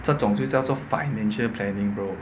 这种就叫做 financial planning bro